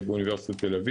במידה שזה מה שהיווה עד היום